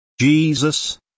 Jesus